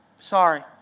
Sorry